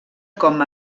com